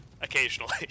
occasionally